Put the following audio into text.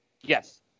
Yes